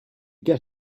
get